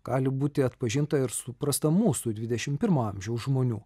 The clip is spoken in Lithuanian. gali būti atpažinta ir suprasta mūsų dvidešim pirmo amžiaus žmonių